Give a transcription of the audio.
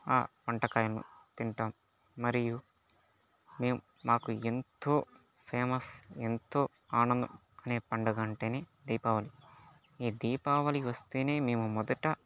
ఆ వంటకాయలు తింటాం మరియు మేము మాకు ఎంతో ఫేమస్ ఎంతో ఆనందం అనే పండుగ అంటేనే దీపావళి ఈ దీపావళి వస్తేనే మేము మొదట